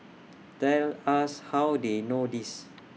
tell us how they know this